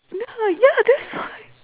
yeah yeah that's why